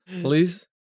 please